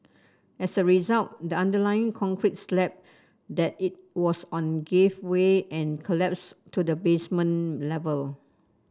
as a result the underlying concrete slab that it was on gave way and collapsed to the basement level